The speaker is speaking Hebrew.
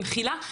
במחילה,